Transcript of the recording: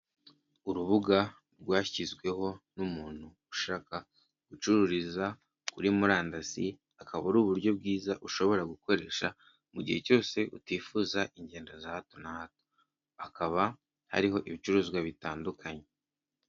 Urubuga rwashyizweho n'umuntu ushaka gucururiza kuri murandasi, akaba ari uburyo bwiza ushobora gukoresha mu gihe cyose utifuza ingendo za hato na hato. Hakaba hariho ibicuruzwa bitandukanye.